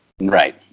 Right